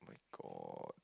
[oh]-my-god